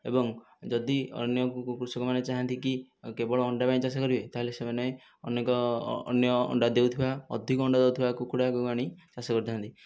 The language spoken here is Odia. ଏବଂ ଯଦି ଅନ୍ୟ କୃଷକମାନେ ଚାହାଁନ୍ତିକି କେବଳ ଅଣ୍ଡା ପାଇଁ ଚାଷ କରିବେ ତାହେଲେ ସେମାନେ ଅନେକ ଅନ୍ୟ ଅଣ୍ଡା ଦେଉଥିବା ଅଧିକ ଅଣ୍ଡା ଦେଉଥିବା କୁକୁଡ଼ାକୁ ଆଣି ଚାଷ କରିଥାନ୍ତି